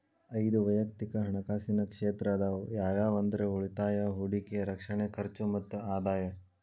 ಐದ್ ವಯಕ್ತಿಕ್ ಹಣಕಾಸಿನ ಕ್ಷೇತ್ರ ಅದಾವ ಯಾವ್ಯಾವ ಅಂದ್ರ ಉಳಿತಾಯ ಹೂಡಿಕೆ ರಕ್ಷಣೆ ಖರ್ಚು ಮತ್ತ ಆದಾಯ